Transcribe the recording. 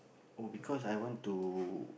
oh because I want to